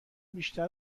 بیشتر